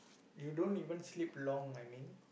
you don't even sleep long I mean